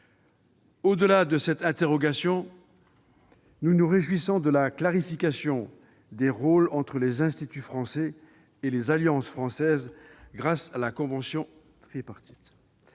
Au-delà de cette interrogation, nous nous réjouissons de la clarification des rôles entre les instituts français et les alliances françaises, grâce à la convention tripartite.